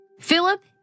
Philip